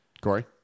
Corey